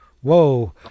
whoa